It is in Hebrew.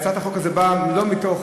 יש לנו חשש שהצעת החוק הזו באה לא מתוך